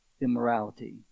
immorality